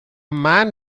man